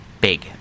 big